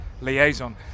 liaison